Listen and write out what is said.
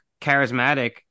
charismatic